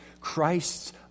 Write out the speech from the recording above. Christ's